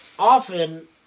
often